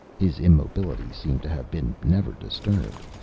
his immobility seemed to have been never disturbed.